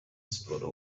siporo